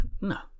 No